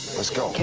let's go. ok,